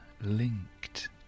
linked